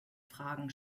fragen